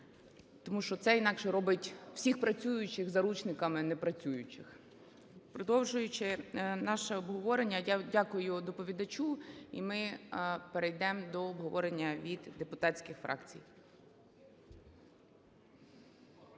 тому що це інакше робить всіх працюючих заручниками непрацюючих. Продовжуючи наше обговорення, я дякую доповідачу. І ми перейдемо до обговорення від депутатських фракцій.